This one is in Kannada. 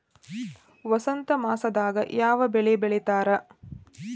ವಸಂತ ಮಾಸದಾಗ್ ಯಾವ ಬೆಳಿ ಬೆಳಿತಾರ?